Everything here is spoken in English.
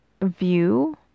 view